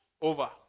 over